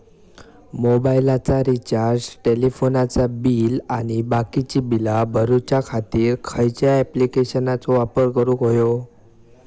मोबाईलाचा रिचार्ज टेलिफोनाचा बिल आणि बाकीची बिला भरूच्या खातीर खयच्या ॲप्लिकेशनाचो वापर करूक होयो?